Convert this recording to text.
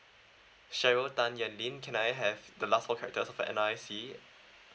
sheryl tan yan ling can I have the last four characters of your N_R_I_C